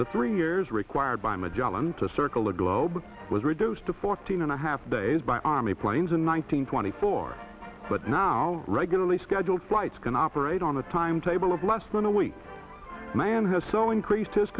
the three years required by magellan to circle the globe was reduced to fourteen and a half days by army planes in one thousand nine hundred four but now regularly scheduled flights can operate on a timetable of less than a week man has so increase